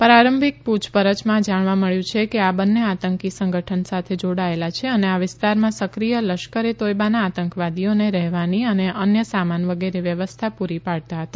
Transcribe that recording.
પ્રારંભિક પુછપરછમાં જાણવા મળ્યુ છે કે આ બંને આતંકી સંગઠન સાથે જોડાયેલા છે અને આ વિસ્તારમાં સક્રિય લશ્કર એ તોયબાના આતંકવાદીઓને રહેવાની અને અન્ય સામાન વગેરે વ્યવસ્થા પુરી પાડતા હતા